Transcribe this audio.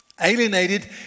alienated